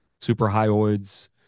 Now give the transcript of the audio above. superhyoids